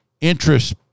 interest